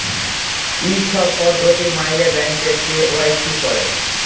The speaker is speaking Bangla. ই ছব পদ্ধতি ম্যাইলে ব্যাংকে কে.ওয়াই.সি ক্যরে